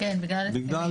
כן, בגלל